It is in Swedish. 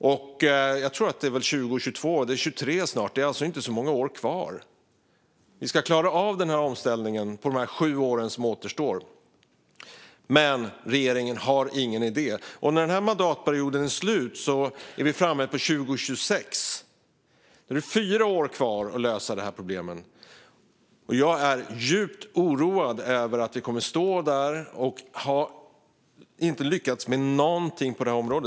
Det är snart 2023. Det är alltså inte många år kvar. Vi ska klara av omställningen på de sju år som återstår, men regeringen har ingen idé. När denna mandatperiod är slut är vi framme vid 2026. Då är det fyra år kvar att lösa dessa problem. Jag är djupt oroad över att vi kommer att stå där och inte ha lyckats med någonting på detta område.